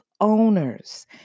owners